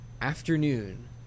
afternoon